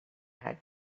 had